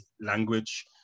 language